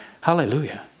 Hallelujah